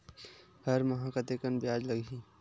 हर माह कतेकन ब्याज लगही?